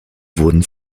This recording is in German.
wurden